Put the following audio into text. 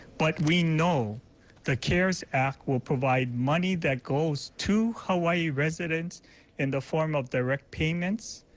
but we know the cares act will provide money that goes to hawaii residents in the form of direct payments.